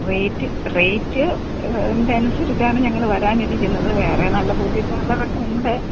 rate റേറ്റ്ൻ്റെ അനുസരിച്ചാണ് ഞങ്ങൾ വരാനിരിക്കുന്നത് വേറെ നല്ല ബൂട്ടി പാർലറൊ ഒക്കെ ഉണ്ട്